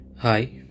Hi